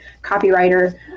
copywriter